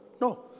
No